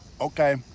Okay